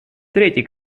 третий